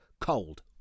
Cold